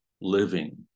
living